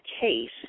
case